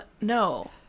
no